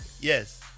Yes